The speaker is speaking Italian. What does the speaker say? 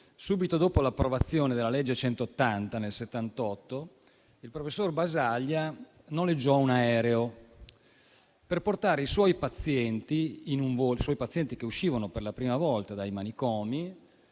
subito dopo l'approvazione della legge n. 180 del 1978, il professor Basaglia noleggiò un aereo per portare i suoi pazienti, che uscivano per la prima volta dai manicomi,